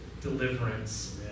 deliverance